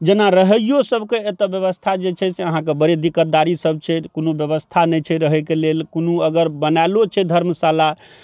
जेना रहैओ सबके एतऽ बेबस्था जे छै से अहाँके बड़े दिक्कतदारीसब छै कोनो बेबस्था नहि छै रहैके लेल कोनो अगर बनैलो छै धर्मशाला